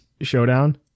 Showdown